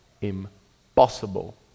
impossible